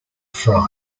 fries